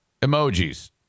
emojis